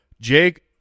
Jake